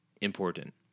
important